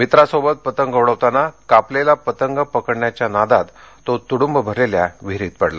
मित्रासोबत पतंग उडवताना कापलेला पतंग पकडण्याच्या नादात तो तुडुंब भरलेल्या विहिरीत पडला